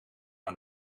aan